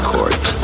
Court